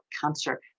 cancer